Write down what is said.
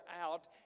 out